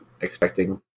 expecting